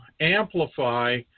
amplify